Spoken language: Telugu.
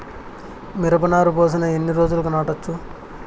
మిరప నారు పోసిన ఎన్ని రోజులకు నాటచ్చు?